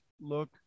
look